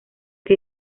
que